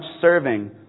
serving